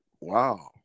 wow